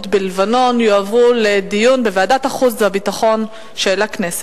בלבנון יועברו לדיון בוועדת החוץ והביטחון של הכנסת.